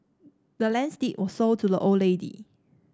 the land's deed were sold to the old lady